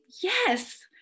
yes